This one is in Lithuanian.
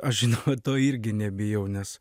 aš žinoma to irgi nebijau nes